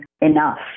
enough